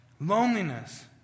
loneliness